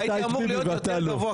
הייתי אמור להיות יותר גבוה,